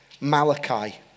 Malachi